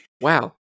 Wow